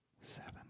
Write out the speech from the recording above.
Seven